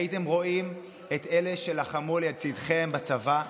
הייתם רואים את אלה שלחמו לצידכם בצבא,